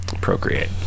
Procreate